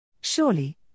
Surely